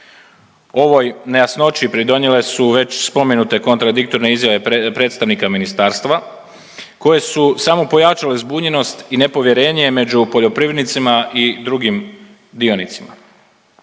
Ovoj nejasnoći pridonijele su već spomenute kontradiktorne izjave predstavnika ministarstva koje su samo pojačale zbunjenost i nepovjerenje među poljoprivrednicima i drugim dionicima.